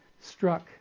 struck